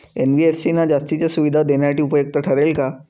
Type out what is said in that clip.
NBFC ना जास्तीच्या सुविधा देण्यासाठी उपयुक्त ठरेल का?